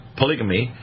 polygamy